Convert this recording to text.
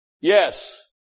Yes